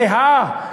זהה.